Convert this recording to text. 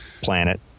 planet